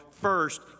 first